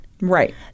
Right